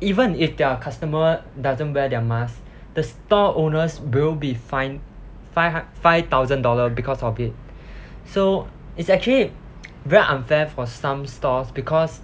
even if their customer doesn't wear their mask the store owners will be fined five hun~ five thousand dollar because of it so it's actually very unfair for some stores because